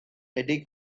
eddy